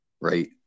right